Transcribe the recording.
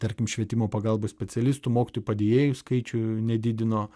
tarkim švietimo pagalbos specialistų mokytojų padėjėjų skaičių nedidino